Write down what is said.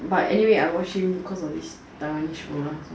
but anyway I watched him because of this taiwanese show